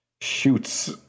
shoots